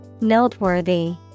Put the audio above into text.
Noteworthy